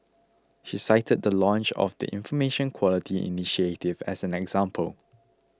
she cited the launch of the Information Quality initiative as an example